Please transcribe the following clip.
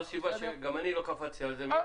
זו הסיבה שגם לא קפצתי על זה מיד.